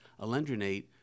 alendronate